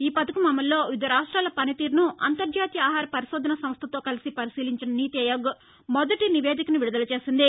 ఈ పథకం అమలులో వివిధ రాష్ట్రాల పనితీరును అంతర్జాతీయ ఆహార పరిశోధన సంస్గతో కలిసి పరిశీలించిన నీతిఆయోగ్ మొదటి నివేదికను విడుదల చేసింది